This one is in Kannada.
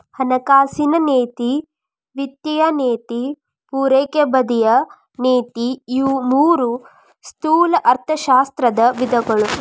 ಹಣಕಾಸಿನ ನೇತಿ ವಿತ್ತೇಯ ನೇತಿ ಪೂರೈಕೆ ಬದಿಯ ನೇತಿ ಇವು ಮೂರೂ ಸ್ಥೂಲ ಅರ್ಥಶಾಸ್ತ್ರದ ವಿಧಗಳು